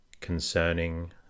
concerning